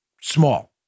Small